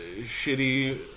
shitty